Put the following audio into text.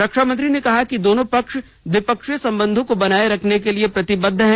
रक्षा मंत्री ने कहा कि दोनों पक्ष द्विपक्षीय संबंधों को बनाए रखने के लिए प्रतिबद्ध हैं